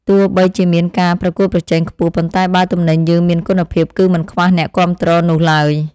ទោះបីជាមានការប្រកួតប្រជែងខ្ពស់ប៉ុន្តែបើទំនិញយើងមានគុណភាពគឺមិនខ្វះអ្នកគាំទ្រនោះឡើយ។